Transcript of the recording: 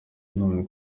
none